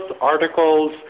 articles